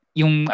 yung